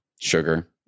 sugar